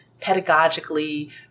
pedagogically